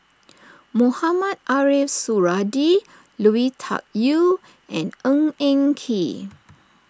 Mohamed Ariff Suradi Lui Tuck Yew and Ng Eng Kee